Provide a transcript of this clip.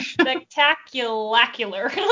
spectacular